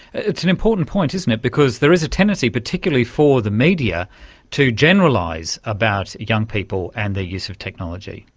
it's an important point, isn't it, because there is a tendency particularly for the media to generalise about young people and their use of technology.